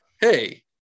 hey